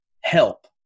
help